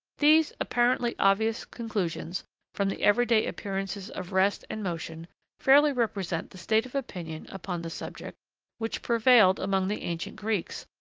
these, apparently obvious, conclusions from the everyday appearances of rest and motion fairly represent the state of opinion upon the subject which prevailed among the ancient greeks,